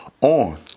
on